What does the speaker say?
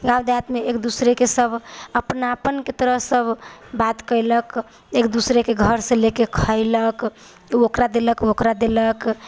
गाँव देहातमे एक दोसराके सब अपनापनके तरह सब बात केलक एक दोसराके घरसँ लऽ कऽ खएलक ओ ओकरा देलक ओ ओकरा देलक